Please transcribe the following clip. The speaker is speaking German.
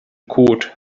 code